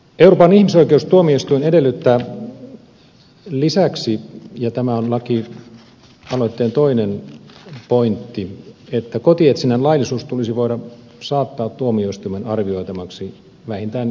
euroopan ihmisoikeustuomioistuin edellyttää lisäksi ja tämä on lakialoitteen toinen pointti että kotietsinnän laillisuus tulisi voida saattaa tuomioistuimen arvioitavaksi vähintään jälkikäteen